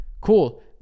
cool